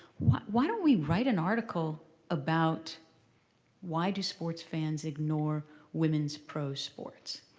why why don't we write an article about why do sports fans ignore women's pro sports?